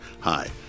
Hi